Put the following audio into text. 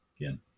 Again